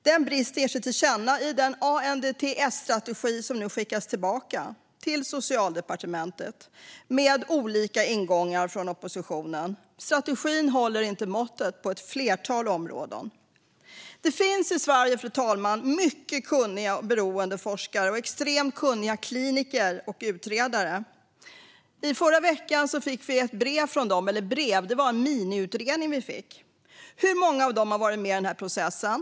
Den bristen ger sig till känna i den ANDTS-strategi som nu skickas tillbaka till Socialdepartementet med olika ingångar från oppositionen. Strategin håller inte måttet på ett flertal områden. Fru talman! Det finns i Sverige mycket kunniga beroendeforskare och extremt kunniga kliniker och utredare. I förra veckan fick vi i socialutskottet ett brev från dem, eller kanske snarare en miniutredning. Hur många av dem har varit med i den här processen?